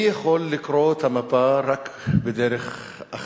אני יכול לקרוא את המפה רק בדרך אחת,